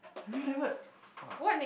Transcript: have you never !wah!